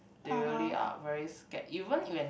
they really are very scared even when